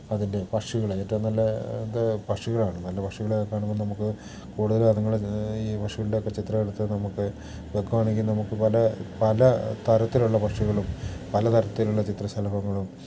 അതിൻ്റെ പക്ഷികൾ ഏറ്റവും നല്ല ഇത് പക്ഷികളാണ് നല്ല പക്ഷികളെയൊക്കെ കാണുമ്പം നമുക്ക് കൂടുതൽ അതുങ്ങൾ ഈ പശുവിൻ്റെ ഒക്കെ ചിത്രം എടുത്ത് നമുക്ക് വെക്കുകയാണെങ്കിൽ നമുക്ക് പല പല തരത്തിലുള്ള പക്ഷികളും പലതരത്തിലുള്ള ചിത്രശലഭങ്ങളും